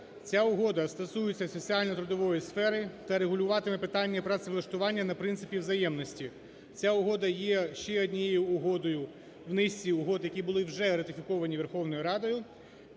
Ця угода стосується соціально-трудової сфери та регулюватиме питання працевлаштування на принципі взаємності. Ця угода є ще однією угодою в низці угод, які були вже ратифіковані Верховною Радою,